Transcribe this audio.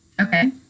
Okay